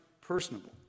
personable